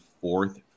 fourth